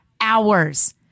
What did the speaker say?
hours